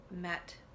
met